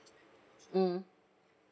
mm